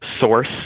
source